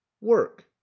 Work